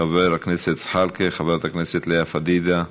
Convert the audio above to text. חבר הכנסת זחאלקה, חברת הכנסת לאה פדידה,